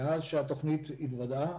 מאז התוודעה התוכנית,